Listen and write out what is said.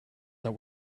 that